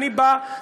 אני בא,